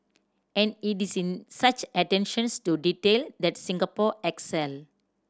and it is in such attentions to detail that Singapore excel